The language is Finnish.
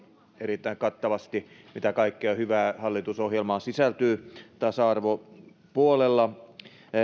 erittäin kattavasti mitä kaikkea hyvää hallitusohjelmaan sisältyy tasa arvopuolella